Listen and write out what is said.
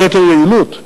ביתר יעילות,